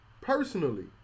personally